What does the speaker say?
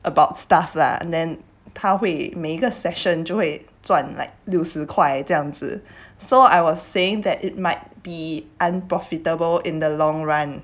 about stuff lah and then 他会每个 session 就会赚 like 六十块这样子 saw I was saying that it might be unprofitable in the long run